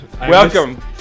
Welcome